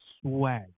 swag